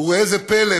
וראה זה פלא,